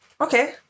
Okay